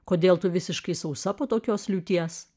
kodėl tu visiškai sausa po tokios liūties